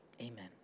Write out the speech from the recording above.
Amen